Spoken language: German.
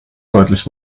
deutlich